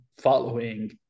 following